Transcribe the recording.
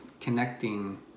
connecting